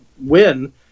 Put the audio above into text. win